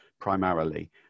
primarily